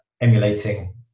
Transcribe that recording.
emulating